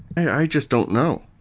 i just don't know.